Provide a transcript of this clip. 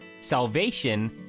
salvation